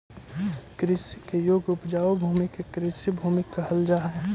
कृषि के योग्य उपजाऊ भूमि के कृषिभूमि कहल जा हई